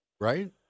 Right